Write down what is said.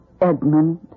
Edmund